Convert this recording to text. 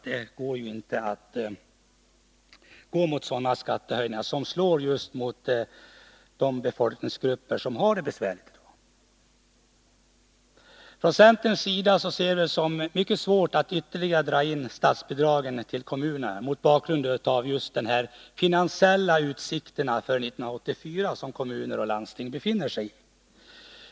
Man kan ju inte gå mot sådana skattehöjningar, som slår just mot de befolkningsgrupper som har det besvärligt. Från centerns sida ser vi det som mycket svårt att ytterligare dra in på statsbidragen till kommunerna mot bakgrund av just de här finansiella utsikterna för 1984.